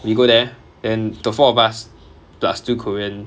we go there then the four of us plus two korean